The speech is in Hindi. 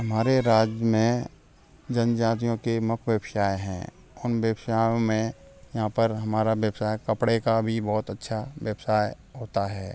हमारे राज्य में जनजातियों के मुख्य व्यवसाय हैं उन व्यवसायों में यहाँ पर हमारा व्यवसाय कपड़े का भी बहौत अच्छा व्यवसाय होता है